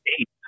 eight